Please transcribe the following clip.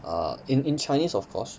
err in in chinese of course